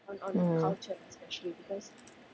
mm